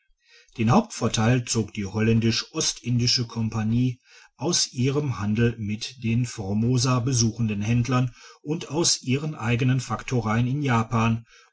den hauptvorteil zog die holländisch ostindische kompagnie aus ihrem handel mit den formosa besuchenden händlern und aus ihrer eigenen faktorei in japan